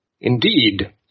Indeed